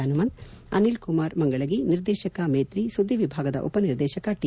ಪನುಮಂತ್ ಅನಿಲ್ ಕುಮಾರ್ ಮಂಗಳಗಿ ನಿರ್ದೇಶಕ ಮೇತ್ರಿ ಸುದ್ದಿ ವಿಭಾಗದ ಉಪ ನಿರ್ದೇಶಕ ಟಿ